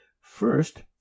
first